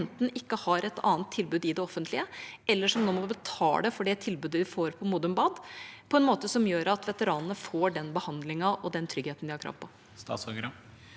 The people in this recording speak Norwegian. som enten ikke har et annet tilbud i det offentlige, eller som nå må betale for det tilbudet de får på Modum Bad – på en måte som gjør at veteranene får den behandlingen og den tryggheten de har krav på? Statsråd